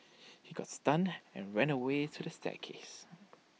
he got stunned and ran away to the staircase